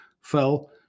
fell